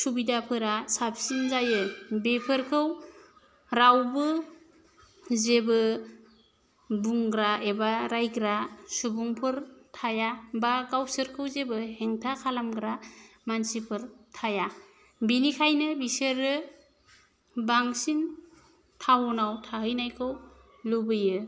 सुबिदाफोरा साबसिन जायो बेफोरखौ रावबो जेबो बुंग्रा एबा रायग्रा सुबुंफोर थाया एबा गावसोरखौ जेबो हेंथा खालामग्रा मानसिफोर थाया बेनिखायनो बिसोरो बांसिन टाउन आव थाहैनो लुबैयो